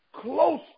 close